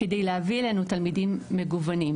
כדי להביא אלינו תלמידים מגוונים,